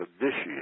initiate